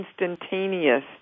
instantaneous